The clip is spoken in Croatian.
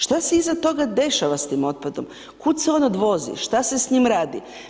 Šta se iza toga dešava s tim otpadom, kud se on odvozi, šta se s njim radi?